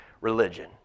religion